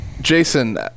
Jason